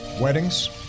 weddings